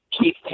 keep